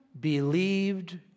believed